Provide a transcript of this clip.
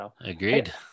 Agreed